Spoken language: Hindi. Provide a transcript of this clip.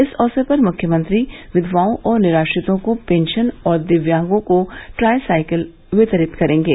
इस अवसर पर मुख्यमंत्री विधवाओं और निराश्रतों को पेंशन और दिव्यांगों को ट्राई साइकिल वितरित करेंगे